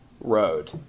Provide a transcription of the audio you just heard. road